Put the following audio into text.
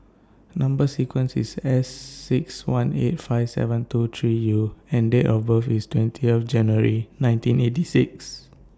Number sequence IS S six one eight five seven two three U and Date of birth IS twentieth January nineteen eighty six